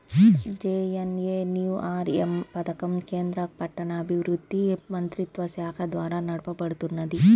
JNNURM పథకం కేంద్ర పట్టణాభివృద్ధి మంత్రిత్వశాఖ ద్వారా నడపబడుతున్నది